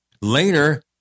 Later